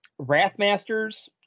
Wrathmasters